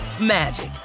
magic